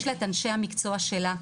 יש לה את אנשי המקצוע שלה.